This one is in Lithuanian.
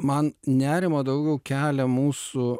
man nerimą daugiau kelia mūsų